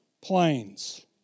planes